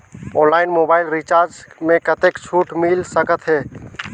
Online mobile recharge मे कतेक छूट मिल सकत हे?